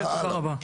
בבקשה.